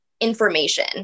information